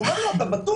הוא אומר לו אתה בטוח,